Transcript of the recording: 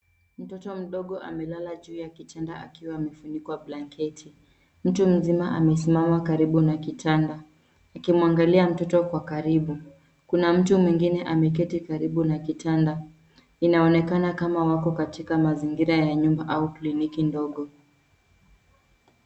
Mtoto mdogo amelala juu ya kitanda akiwa amefunikwa blanketi. Mtu mzima amesimama karibu na kitanda akimwangalia mtoto kwa karibu. Kuna mtu mwingine ameketi karibu na kitanda. Inaonekana kama wako katika mazingira ya nyumba au kliniki ndogo.